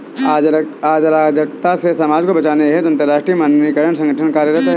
अराजकता से समाज को बचाने हेतु अंतरराष्ट्रीय मानकीकरण संगठन कार्यरत है